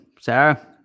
sarah